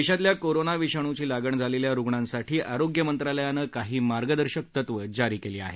देशातल्या कोरोना विषाणूची लागण झालेल्या रुग्णांसाठी आरोग्य मंत्रालयानं काही मार्गदर्शक तत्वं जारी केली आहेत